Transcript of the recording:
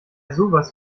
sowas